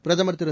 பிரதமர் திரு